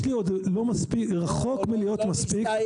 יש לי, רחוק מלהיות מספיק.